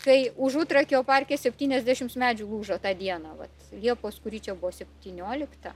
kai užutrakio parke septyniasdešim medžių lūžo tą dieną vat liepos kuri čia buvo septyniolikta